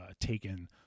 taken